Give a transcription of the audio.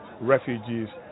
refugees